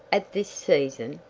at this season!